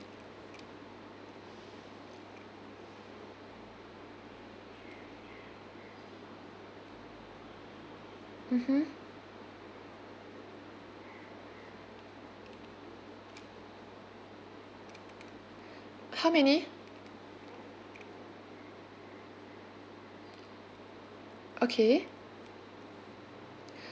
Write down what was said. mmhmm how many okay